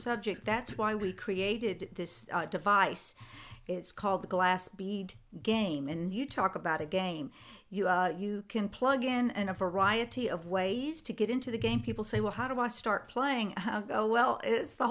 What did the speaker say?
subject that's why we created this device it's called the glass bead game and you talk about a game you can plug in and a variety of ways to get into the game people say well how do i start playing oh well it's the